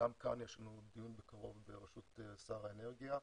גם כאן יש לנו דיון בקרוב בראשות שר האנרגיה,